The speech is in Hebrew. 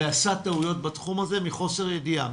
ועשה טעויות בתחום הזה מחוסר ידיעה,